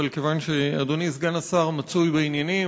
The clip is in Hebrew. אבל כיוון שאדוני סגן השר מצוי בעניינים,